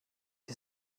wir